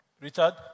Richard